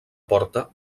porta